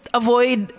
avoid